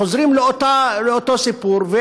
וחוזרים לאותו סיפור,